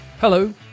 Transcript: Hello